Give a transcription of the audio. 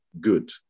good